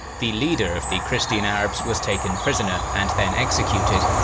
the leader of the christian arabs was taken prisoner and then executed,